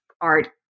art